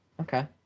Okay